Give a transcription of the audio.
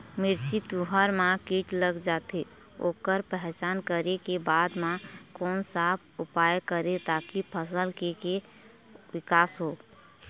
मिर्ची, तुंहर मा कीट लग जाथे ओकर पहचान करें के बाद मा कोन सा उपाय करें ताकि फसल के के विकास हो?